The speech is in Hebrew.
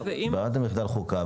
ברירת המחדל היא ועדת החוקה,